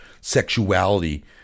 sexuality